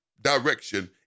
direction